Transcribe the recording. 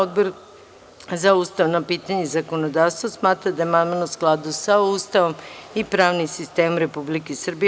Odbor za ustavna pitanja i zakonodavstvo smatra da je amandman u skladu sa Ustavom i pravnim sistemom Republike Srbije.